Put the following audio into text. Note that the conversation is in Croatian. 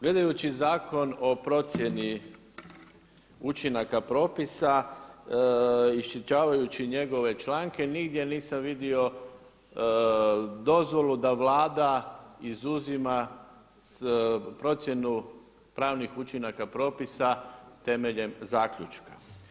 Gledajući Zakon o procjeni učinaka propisa, iščitavajući njegove članke nigdje nisam vidio dozvolu da Vlada izuzima procjenu pravnih učinaka propisa temeljem zaključka.